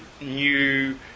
new